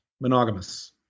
monogamous